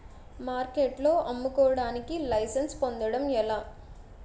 మార్కెట్లో అమ్ముకోడానికి లైసెన్స్ పొందడం ఎలా?